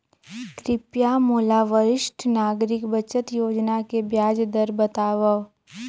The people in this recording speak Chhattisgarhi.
कृपया मोला वरिष्ठ नागरिक बचत योजना के ब्याज दर बतावव